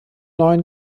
neuen